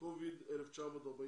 קוביד 1948,